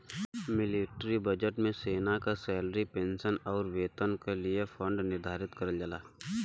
military budget में सेना क सैलरी पेंशन आउर वेपन क लिए फण्ड निर्धारित करल जाला